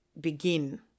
begin